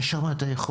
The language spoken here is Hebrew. יש שם היכולות,